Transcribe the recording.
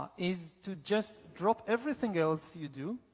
is to just drop everything else you do